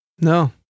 no